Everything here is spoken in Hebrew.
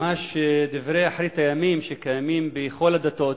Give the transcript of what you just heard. ממש דברי אחרית הימים שקיימים בכל הדתות,